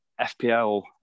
FPL